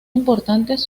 importantes